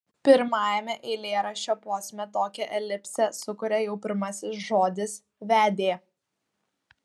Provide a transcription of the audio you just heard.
pirmajame eilėraščio posme tokią elipsę sukuria jau pirmasis žodis vedė